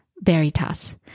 Veritas